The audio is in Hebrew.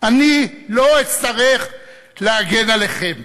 אני לא אצטרך להגן עליכם,